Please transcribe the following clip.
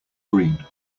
green